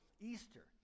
Easter